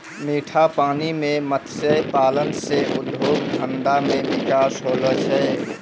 मीठा पानी मे मत्स्य पालन से उद्योग धंधा मे बिकास होलो छै